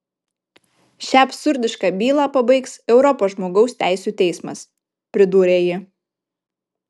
šią absurdišką bylą pabaigs europos žmogaus teisių teismas pridūrė ji